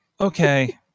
okay